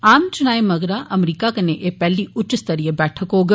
आम चुनाएं मगरा अमरीका कन्नै एह् पैहली उच्च स्तरीय बैठक होग